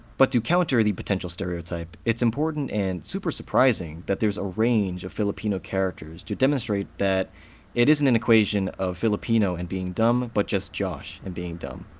but to counter the potential stereotype, it's important and super surprising that there's a range of filipino characters to demonstrate that it isn't an equation of filipino and being dumb, but just josh and being dumb.